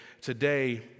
today